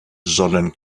sollen